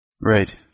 Right